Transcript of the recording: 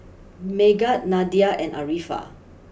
Megat Nadia and Arifa